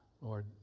Lord